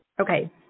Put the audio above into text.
Okay